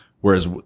Whereas